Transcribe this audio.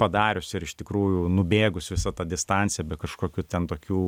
padarius ir iš tikrųjų nubėgus visą tą distanciją be kažkokių ten tokių